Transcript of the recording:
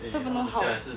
I don't even know how